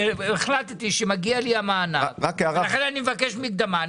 והוא רואה שמגיע לו המענק ולכן הוא מבקש מקדמה,